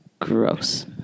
gross